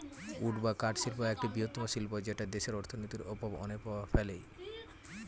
would বা কাঠ শিল্প একটি বৃহত্তম শিল্প যেটা দেশের অর্থনীতির ওপর অনেক প্রভাব ফেলে